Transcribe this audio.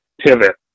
pivot